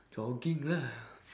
jogging lah